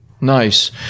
nice